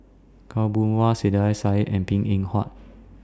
Khaw Boon Wan Saiedah Said and Png Eng Huat